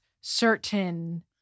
certain